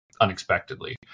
unexpectedly